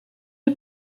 est